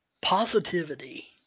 positivity